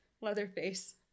Leatherface